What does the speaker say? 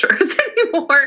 anymore